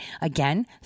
Again